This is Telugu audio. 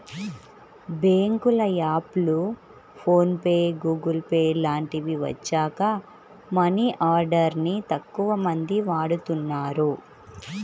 బ్యేంకుల యాప్లు, ఫోన్ పే, గుగుల్ పే లాంటివి వచ్చాక మనీ ఆర్డర్ ని తక్కువమంది వాడుతున్నారు